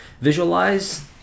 visualize